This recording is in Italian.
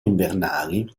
invernali